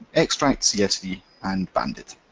extract, csv, and banded.